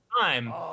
time